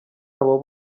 abo